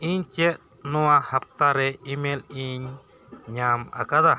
ᱤᱧ ᱪᱮᱫ ᱱᱚᱣᱟ ᱦᱟᱯᱛᱟ ᱨᱮ ᱤᱢᱮᱞ ᱤᱧ ᱧᱟᱢ ᱟᱠᱟᱫᱟ